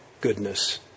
goodness